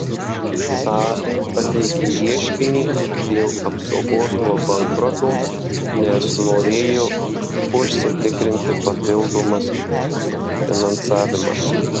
saab pateikė ieškinį dėl apsaugos nuo bankroto nes norėjo užsitikrinti papildomas finansavimą